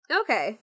Okay